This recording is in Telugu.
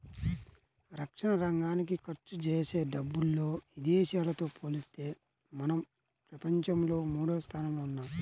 రక్షణరంగానికి ఖర్చుజేసే డబ్బుల్లో ఇదేశాలతో పోలిత్తే మనం ప్రపంచంలో మూడోస్థానంలో ఉన్నాం